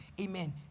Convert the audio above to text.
amen